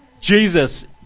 Jesus